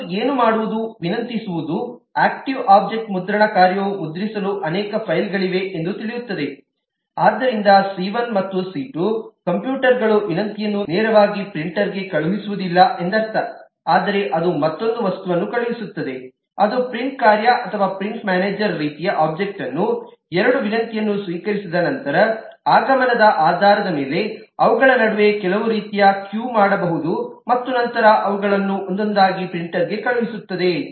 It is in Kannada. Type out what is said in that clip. ಅದು ಏನು ಮಾಡುವುದು ವಿನಂತಿಸುವುದು ಆಕ್ಟಿವ್ ಒಬ್ಜೆಕ್ಟ್ ಮುದ್ರಣ ಕಾರ್ಯವು ಮುದ್ರಿಸಲು ಅನೇಕ ಫೈಲ್ಗಳಿವೆ ಎಂದು ತಿಳಿಯುತ್ತದೆ ಆದ್ದರಿಂದ ಸಿ1 ಮತ್ತು ಸಿ2 ಕಂಪ್ಯೂಟರ್ಗಳು ವಿನಂತಿಯನ್ನು ನೇರವಾಗಿ ಪ್ರಿಂಟರ್ಗೆ ಕಳುಹಿಸುವುದಿಲ್ಲ ಎಂದರ್ಥ ಆದರೆ ಅದು ಮತ್ತೊಂದು ವಸ್ತುವನ್ನು ಕಳುಹಿಸುತ್ತದೆ ಅದು ಪ್ರಿಂಟ್ ಕಾರ್ಯ ಅಥವಾ ಪ್ರಿಂಟ್ ಮ್ಯಾನೇಜರ್ ರೀತಿಯ ಒಬ್ಜೆಕ್ಟ್ವನ್ನು ಎರಡು ವಿನಂತಿಯನ್ನು ಸ್ವೀಕರಿಸಿದ ನಂತರ ಆಗಮನದ ಆಧಾರದ ಮೇಲೆ ಅವುಗಳ ನಡುವೆ ಕೆಲವು ರೀತಿಯ ಕ್ಯೂ ಮಾಡಬಹುದು ಮತ್ತು ನಂತರ ಅವುಗಳನ್ನು ಒಂದೊಂದಾಗಿ ಪ್ರಿಂಟರ್ಗೆ ಕಳುಹಿಸುತ್ತದೆ